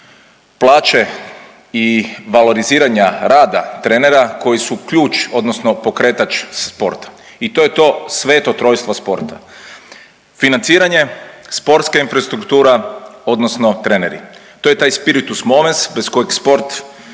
plaće i valoriziranja rada trenera koji su ključ odnosno pokretač sporta. I to je to sveto trojstvo sporta. Financiranje, sportska infrastruktura, odnosno treneri. To je taj spiritus movens bez kojeg sport